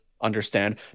understand